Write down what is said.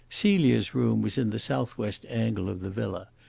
celia's room was in the southwest angle of the villa,